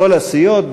מכל הסיעות,